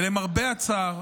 למרבה הצער,